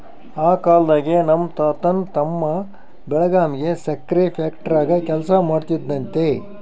ಆ ಕಾಲ್ದಾಗೆ ನಮ್ ತಾತನ್ ತಮ್ಮ ಬೆಳಗಾಂ ಸಕ್ರೆ ಫ್ಯಾಕ್ಟರಾಗ ಕೆಲಸ ಮಾಡ್ತಿದ್ನಂತೆ